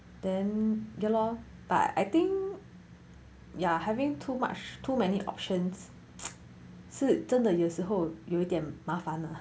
then ya lor but I think ya having too much too many options 是真的有时候有点麻烦 ah